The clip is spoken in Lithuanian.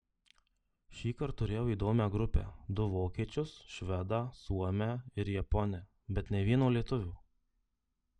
šįkart turėjau įdomią grupę du vokiečius švedą suomę ir japonę bet nė vieno lietuvio